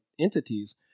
entities